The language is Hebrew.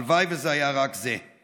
הלוואי שזה היה רק זה.